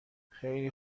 خیلی